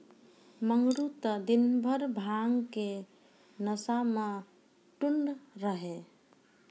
मंगरू त दिनभर भांग के नशा मॅ टुन्न रहै